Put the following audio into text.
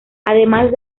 además